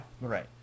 Right